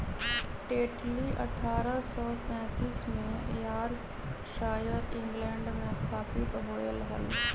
Tetley अठ्ठारह सौ सैंतीस में यॉर्कशायर, इंग्लैंड में स्थापित होलय हल